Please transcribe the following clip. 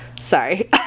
sorry